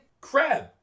crab